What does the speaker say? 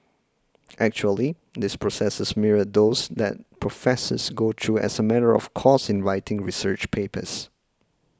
actually these processes mirror those that professors go through as a matter of course in writing research papers